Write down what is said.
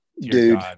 dude